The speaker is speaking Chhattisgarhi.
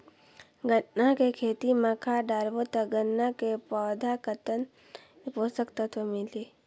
गन्ना के खेती मां खाद डालबो ता गन्ना के पौधा कितन पोषक तत्व मिलही?